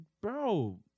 bro